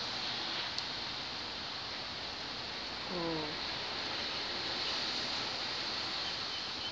oh